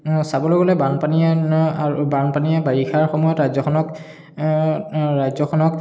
চাবলৈ গ'লে বানপানীয়ে বানপানীয়ে বাৰিষাৰ সময়ত ৰাজ্যখনক ৰাজ্যখনক